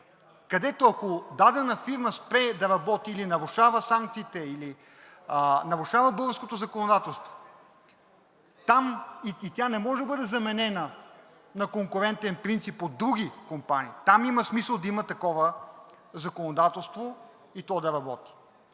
Където, ако дадена фирма спре да работи или нарушава санкциите, или нарушават българското законодателство и тя не може да бъде заменена на конкурентен принцип от други компании, там има смисъл да има такова законодателство и то да работи.